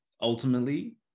ultimately